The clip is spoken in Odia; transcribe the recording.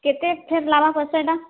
କେତେ ଫିର୍ ସେଇଟା